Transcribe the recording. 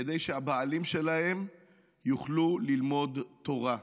כדי שהבעלים שלהן יוכלו ללמוד תורה.